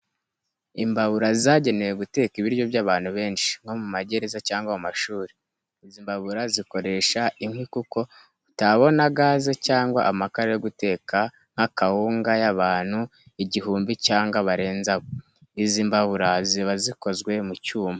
Imbabura zagenewe guteka ibiryo by'abantu benshi nko mu magereza cyangwa mu mashuri, izi mbabura zikoresha inkwi kuko utabona gaze cyangwa amakara yo guteka nka kawunga y'abantu igihumbi cyangwa barenze abo. Izi mbabura ziba zikozwe mu cyuma.